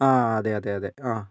ആ അതെ അതെ അതെ ആ